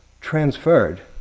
transferred